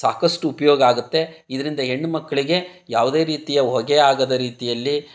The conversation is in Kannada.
ಸಾಕಷ್ಟು ಉಪಯೋಗ ಆಗುತ್ತೆ ಇದರಿಂದ ಹೆಣ್ ಮಕ್ಕಳಿಗೆ ಯಾವುದೇ ರೀತಿಯ ಹೊಗೆ ಆಗದ ರೀತಿಯಲ್ಲಿ